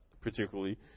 particularly